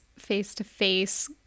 face-to-face